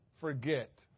forget